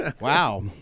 Wow